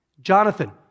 Jonathan